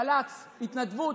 של"צ, התנדבות.